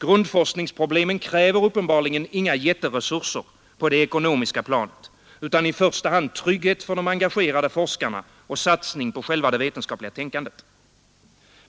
Grundforskningsproblemen kräver uppenbarligen inga jätteresurser på det ekonomiska planet utan i första hand trygghet för de engagerade forskarna och satsning på själva det vetenskapliga tänkandet.